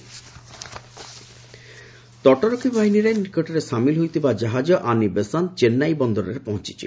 coast guard ship ତଟରକ୍ଷୀ ବାହିନୀରେ ନିକଟରେ ସାମିଲ ହୋଇଥିବା ଜାହାଜ ଆନି ବେସାନ୍ତ ଚେନ୍ନାଇ ବନ୍ଦରରେ ପହଞ୍ଚିଛି